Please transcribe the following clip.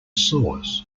sores